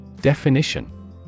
Definition